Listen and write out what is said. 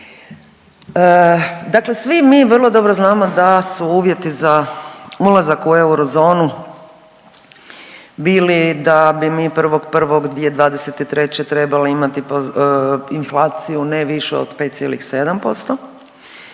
Dakle, svi mi vrlo dobro znamo da su uvjeti za ulazak u eurozonu bili da bi mi 1.1.2023. trebali imati inflaciju ne više od 5,7%